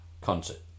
concert